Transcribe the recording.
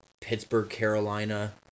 Pittsburgh-Carolina